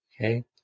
Okay